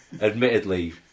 admittedly